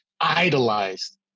idolized